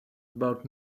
about